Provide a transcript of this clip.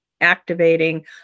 activating